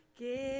Give